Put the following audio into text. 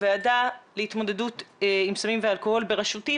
הוועדה להתמודדות עם סמים ואלכוהול בראשותי,